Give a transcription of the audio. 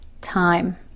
time